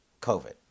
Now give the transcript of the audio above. COVID